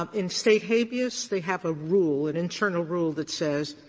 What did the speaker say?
um in state habeas they have a rule, an internal rule that says,